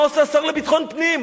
מה עושה השר לביטחון פנים?